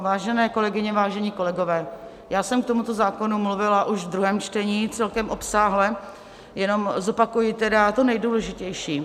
Vážené kolegyně, vážení kolegové, já jsem k tomuto zákonu mluvila už ve druhém čtení celkem obsáhle, jenom zopakuji tedy to nejdůležitější.